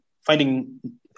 finding